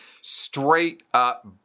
straight-up